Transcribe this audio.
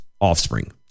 offspring